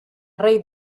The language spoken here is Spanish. rey